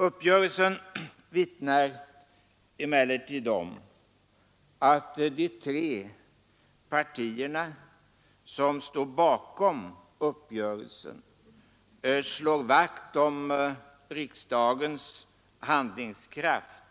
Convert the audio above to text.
Uppgörelsen vittnar emellertid om att de tre partier som står bakom uppgörelsen slår vakt om riksdagens handlingskraft.